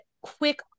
quick